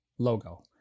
logo